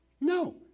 No